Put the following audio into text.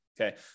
Okay